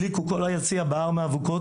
הדליקו כל היציע בער מאבוקות,